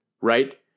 right